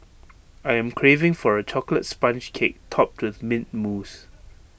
I am craving for A Chocolate Sponge Cake Topped with Mint Mousse